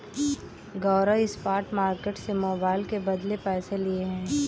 गौरव spot market से mobile के बदले पैसे लिए हैं